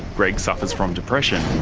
greg suffers from depression.